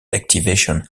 activation